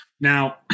Now